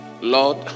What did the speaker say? Lord